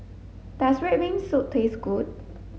does red bean soup taste good